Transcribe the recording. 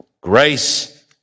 grace